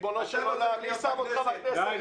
ריבונו של עולם, מי שם אותך בכנסת?